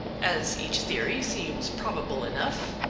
as each theory seems probable enough,